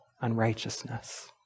unrighteousness